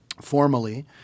formally